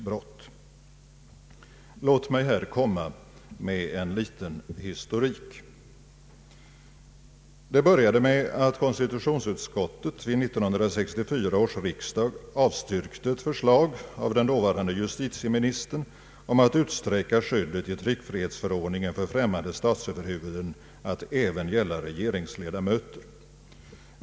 Låt mig här komma med en liten historik. Det började med att konstitutionsutskottet vid 1964 års riksdag avstyrkte ett förslag av den dåvarande justitieministern om att utsträcka skyddet i tryckfrihetsförordningen för främmande statsöverhuvuden till att även gälla regeringsledamöter.